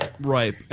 Right